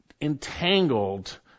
entangled